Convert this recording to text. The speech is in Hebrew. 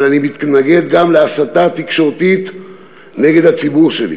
אבל אני מתנגד גם להסתה תקשורתית נגד הציבור שלי.